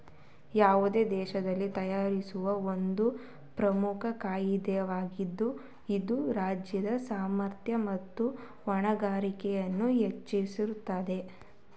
ಯಾವುದೇ ದೇಶದಲ್ಲಿ ತೆರಿಗೆಯು ಒಂದು ಪ್ರಮುಖ ಕಾರ್ಯವಾಗಿದೆ ಇದು ರಾಜ್ಯದ ಸಾಮರ್ಥ್ಯ ಮತ್ತು ಹೊಣೆಗಾರಿಕೆಯನ್ನು ಹೆಚ್ಚಿಸುತ್ತದೆ